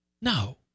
No